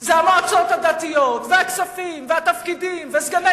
זה המועצות הדתיות והכספים והתפקידים וסגני